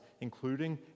including